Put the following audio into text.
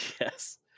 Yes